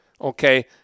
Okay